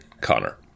Connor